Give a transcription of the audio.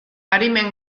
arimen